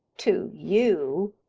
to you,